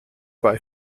bei